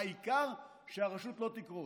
העיקר שהרשות לא תקרוס.